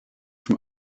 from